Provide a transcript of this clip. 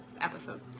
episode